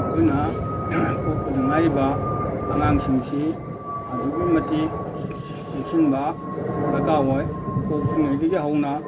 ꯑꯩꯈꯣꯏꯅ ꯄꯣꯛꯄꯗ ꯉꯥꯏꯔꯤꯕ ꯑꯉꯥꯡꯁꯤꯡꯁꯤ ꯑꯗꯨꯛꯀꯤ ꯃꯇꯤꯛ ꯆꯦꯛꯁꯤꯟꯅ ꯗꯔꯀꯥꯔ ꯑꯣꯏ ꯄꯣꯛꯇ꯭ꯔꯤꯉꯩꯗꯒꯤ ꯍꯧꯅ